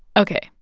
ok,